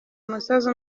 musozi